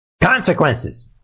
Consequences